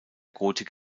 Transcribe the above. gotik